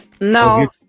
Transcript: No